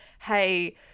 hey